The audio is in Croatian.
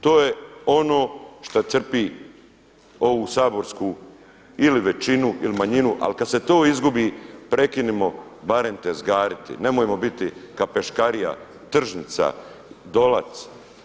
To je ono šta crpi ovu saborsku ili većinu ili manjinu ali kada se to izgubi prekinimo barem tezgariti, nemojmo biti kapeškarija, tržnica, Dolac.